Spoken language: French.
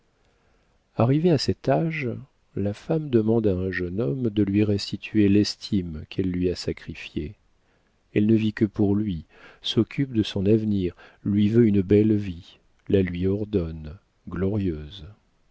arrivée à cet âge la femme demande à un jeune homme de lui restituer l'estime qu'elle lui a sacrifiée elle ne vit que pour lui s'occupe de son avenir lui veut une belle vie la lui ordonne glorieuse